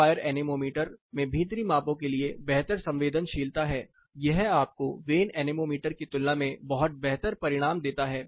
hot wire anemometer में भीतरी मापों के लिए बेहतर संवेदनशीलता है यह आपको वेन एनेमोमीटर की तुलना में बहुत बेहतर परिणाम देता है